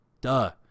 Duh